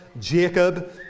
Jacob